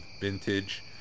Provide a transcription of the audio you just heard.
vintage